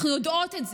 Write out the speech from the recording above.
אנחנו יודעות את זה.